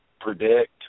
predict